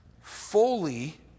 fully